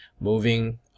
moving